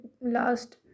last